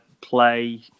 play